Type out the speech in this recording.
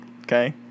Okay